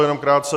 Jenom krátce.